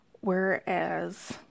whereas